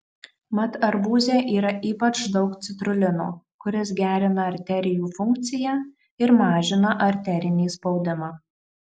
mat arbūze yra ypač daug citrulino kuris gerina arterijų funkciją ir mažina arterinį spaudimą